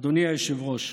אדוני היושב-ראש,